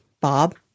Bob